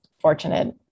fortunate